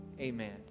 amen